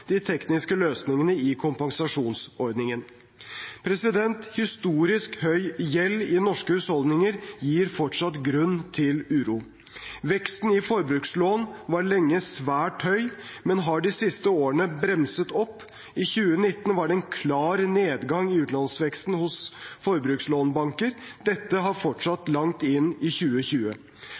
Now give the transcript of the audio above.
de tekniske løsningene i kompensasjonsordningen. Historisk høy gjeld i norske husholdninger gir fortsatt grunn til uro. Veksten i forbrukslån var lenge svært høy, men har de siste årene bremset opp. I 2019 var det en klar nedgang i utlånsveksten hos forbrukslånsbanker. Dette har fortsatt langt inn i 2020.